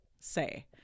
say